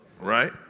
right